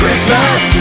Christmas